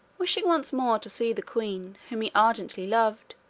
wishing once more to see the queen, whom he ardently loved,